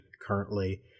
currently